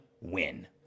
win